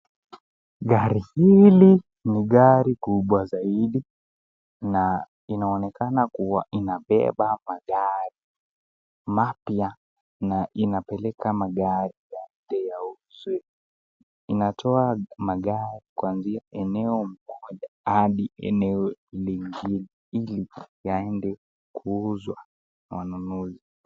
Gari hili ni gari kubwa zaidi na inaonekana kuwa inabeba magari mapya na inapeleka magari yaende yauzwe. Inatoa magari kwanzia eneo moja hadi eneo lingine, ili yaende kuuzwa wanunuzi.